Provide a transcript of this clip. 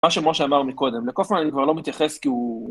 מה שמשה אמר מקודם, לקופמן אני כבר לא מתייחס כי הוא...